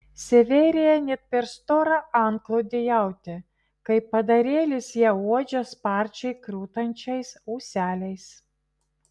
severija net per storą antklodę jautė kaip padarėlis ją uodžia sparčiai krutančiais ūseliais